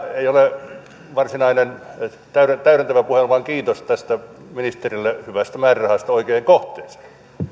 ei ole varsinainen täydentävä puhe vaan kiitos ministerille hyvästä määrärahasta oikeaan kohteeseen